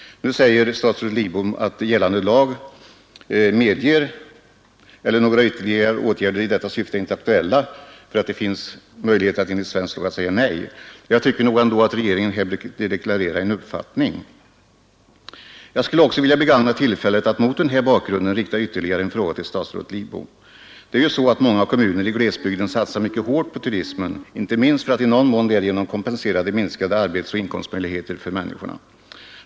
Nu säger statsrådet Lidbom att några ytterligare åtgärder i detta syfte 11 december 1972 — Sammanhang. — Jag skulle vilja begagna tillfället att mot den här bakgrunden rikta Ang, personalens ytterligare en fråga till statsrådet Lidbom. Det är ju så att många medverkan i utredkommuner i glesbygden satsar mycket hårt på turismen, inte minst för SE Sul utlokaliatt i någon mån därigenom kompensera minskade arbetsoch inkomstsering av statlig möjligheter för människorna.